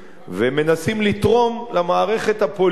ומנסים לתרום למערכת הפוליטית.